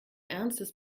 ernstes